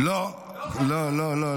לא, לא.